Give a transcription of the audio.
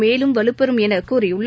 மேலும் வலுப்பெறும் எனகூறியுள்ளார்